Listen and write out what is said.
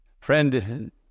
Friend